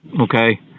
Okay